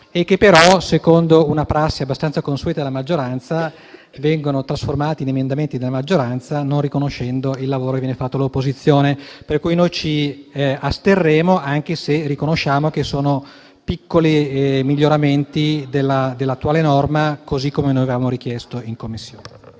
quali però - secondo una prassi abbastanza consueta della maggioranza - sono stati trasformati in emendamenti della maggioranza, non riconoscendo il lavoro che viene fatto dall'opposizione. Per cui noi ci asterremo, anche se riconosciamo che sono piccoli miglioramenti dell'attuale norma, così come noi avevamo richiesto in Commissione.